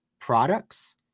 products